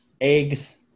eggs